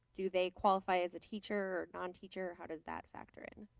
do they qualify as a teacher non teacher? how does that factor in?